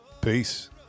peace